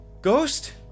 Ghost